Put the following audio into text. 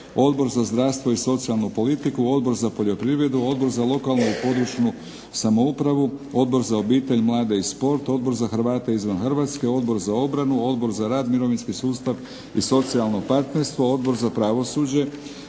Odbor za zdravstvo i socijalnu politiku, Odbor za poljoprivredu, Odbor za lokalnu i područnu samoupravu, Odbor za obitelj, mlade i sport, Odbor za Hrvate izvan Hrvatske, Odbor za obranu, Odbor za rad, mirovinski sustav i socijalno partnerstvo, Odbor za pravosuđe.